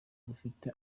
rufite